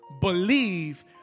believe